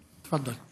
תפדל.